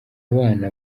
abana